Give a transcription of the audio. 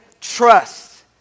trust